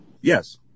yes